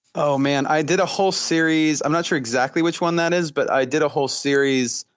oh, man, i did a whole series. i'm not sure exactly which one that is, but i did a whole series,